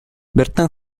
bertan